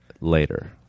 later